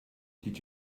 did